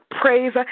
praise